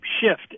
shift